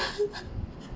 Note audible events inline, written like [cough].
[laughs]